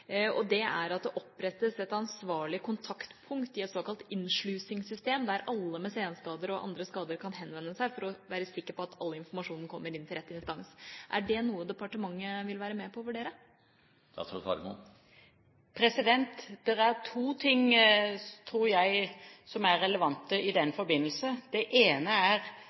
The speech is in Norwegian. at det opprettes et ansvarlig kontaktpunkt i et såkalt innslusingssystem, der alle med senskader og andre skader kan henvende seg for å være sikker på at all informasjonen kommer til rett instans. Er det noe departementet vil være med på å vurdere? Jeg tror det er to ting som er relevante i den forbindelse. Det ene er